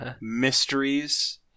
mysteries